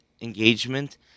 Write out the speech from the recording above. engagement